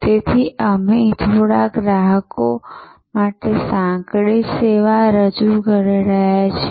તેથી અમે થોડા ગ્રાહકો માટે સાંકડી સેવા રજૂ કરી રહ્યા છીએ